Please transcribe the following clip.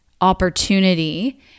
opportunity